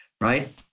right